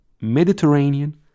Mediterranean